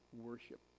worship